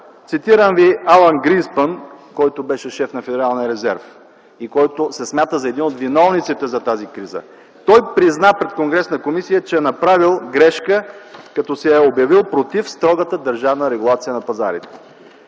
Цитирам Алън Гизбърн, който беше шеф на Федералния резерв и смятан за един от виновниците на тази криза. Той призна пред конгресната комисия, че е направил грешка, като се е обявил против строгата държавна регулация на пазарите.